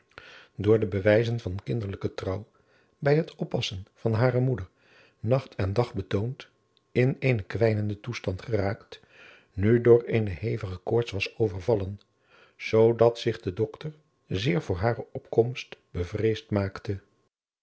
door de bewijzen van kinderlijke trouw bij het oppassen van hare moeder nacht en dag betoond in eenen kwijnenden toestand geraakt nu door eene hevige koorts was overvallen zoo dat zich de doctor zeer voor hare opkomst bevreesd maakte